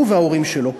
הוא וההורים שלו.